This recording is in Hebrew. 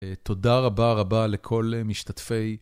תודה רבה רבה לכל משתתפי...